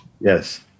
Yes